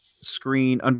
screen